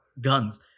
guns